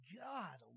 God